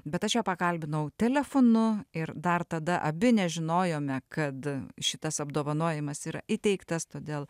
bet aš ją pakalbinau telefonu ir dar tada abi nežinojome kad šitas apdovanojimas yra įteiktas todėl